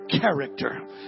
character